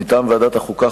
מטעם ועדת החוקה,